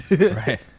Right